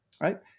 right